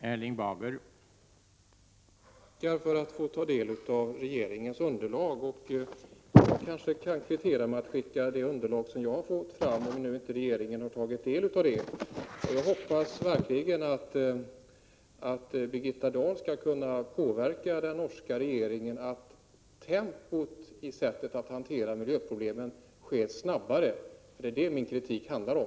Herr talman! Jag tackar för att jag får ta del av regeringens underlag, och jag kan kanske kvittera med att skicka det underlag som jag har fått fram, om nu inte regeringen har tagit del av det. Jag hoppas verkligen att Birgitta Dahl skall kunna påverka den norska regeringen så att tempot i hanteringen av miljöproblemen blir snabbare. Det är det min kritik handlar om.